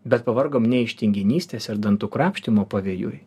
bet pavargom ne iš tinginystės ir dantų krapštymo pavėjui